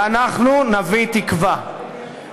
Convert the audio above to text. ואנחנו נביא תקווה,